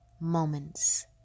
Moments